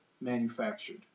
manufactured